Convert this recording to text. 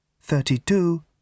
thirty-two